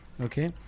okay